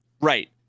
Right